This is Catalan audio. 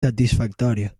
satisfactòria